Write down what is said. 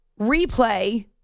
replay